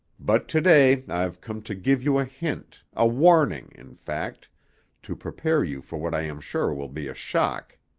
but to-day i've come to give you a hint a warning, in fact to prepare you for what i am sure will be a shock.